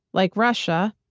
like russia,